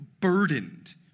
burdened